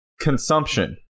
Consumption